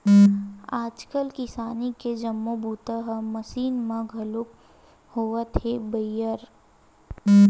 आजकाल किसानी के जम्मो बूता ह मसीन म घलोक होवत हे बइर